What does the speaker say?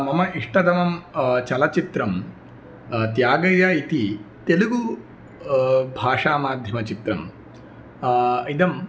मम इष्टतमं चलचित्रं त्यागय्या इति तेलुगु भाषामाध्यमचित्रं इदं